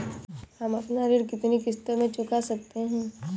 हम अपना ऋण कितनी किश्तों में चुका सकते हैं?